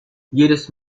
jedes